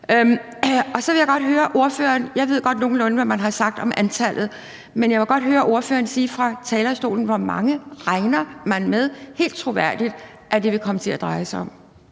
Jeg ved nogenlunde godt, hvad man har sagt om antallet, men jeg vil godt høre ordføreren sige fra talerstolen, hvor mange man regner med – helt troværdigt – det vil komme til at dreje sig om.